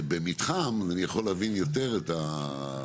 במתחם אז אני יכול להבין יותר את הדבר